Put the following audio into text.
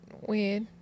weird